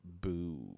Boo